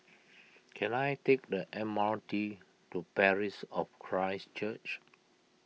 can I take the M R T to Parish of Christ Church